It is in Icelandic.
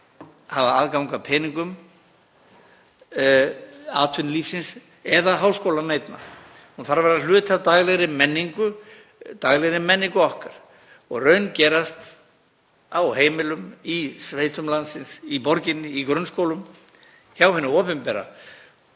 hafa aðgang að peningum atvinnulífsins eða háskólanna einna. Hún þarf að vera hluti af daglegri menningu okkar og raungerast á heimilum í sveitum landsins, í borginni, í grunnskólum, hjá hinu opinbera